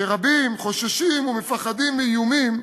שרבים חוששים ומפחדים מאיומים,